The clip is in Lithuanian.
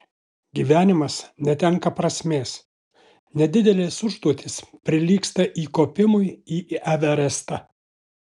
gyvenimas netenka prasmės nedidelės užduotys prilygsta įkopimui į everestą